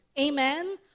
Amen